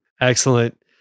Excellent